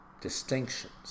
Distinctions